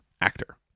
actor